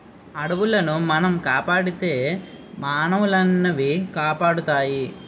అడవులను మనం కాపాడితే మానవులనవి కాపాడుతాయి